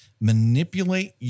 manipulate